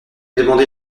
demandé